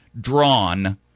drawn